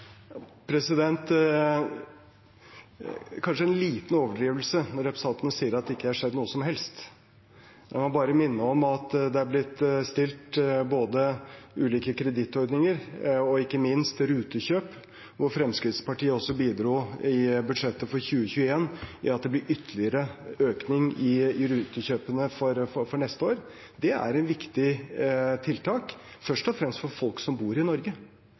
kanskje en liten overdrivelse når representanten sier at det ikke har skjedd noe som helst. La meg bare minne om at det er blitt gitt midler til både ulike kredittordninger og ikke minst rutekjøp, hvor Fremskrittspartiet også bidro i budsjettet for 2021 til at det blir ytterligere økning i rutekjøpene for neste år. Det er et viktig tiltak, først og fremst for folk som bor i Norge,